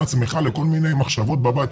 עם עצמך לכל מיני מחשבות בבית.